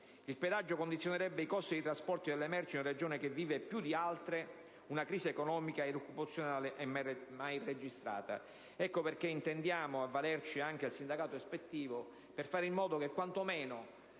Il pedaggio condizionerebbe i costi del trasporto delle merci in una Regione che vive, più di altre, una crisi economica ed occupazionale mai registrata prima. Per questo motivo intendiamo avvalerci anche dello strumento del sindacato ispettivo, per fare in modo che quanto meno